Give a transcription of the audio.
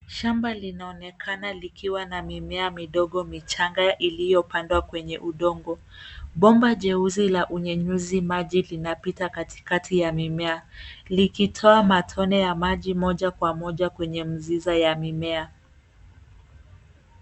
Shamba linaonekana likiwa na mimea midogo michanga iliyopandwa kwenye udongo. Bomba jeusi la unyenyuzi maji linapita katikati ya mimea likitoa matone ya maji moja kwa moja kwenye mziza ya mimea.